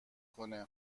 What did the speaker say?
کنهبریم